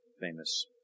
famous